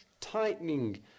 tightening